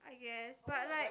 I guess but like